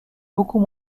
beaucoup